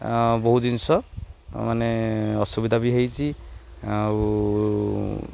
ବହୁତ ଜିନିଷ ମାନେ ଅସୁବିଧା ବି ହେଇଛି ଆଉ